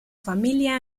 familia